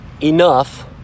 enough